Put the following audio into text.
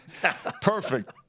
Perfect